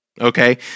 okay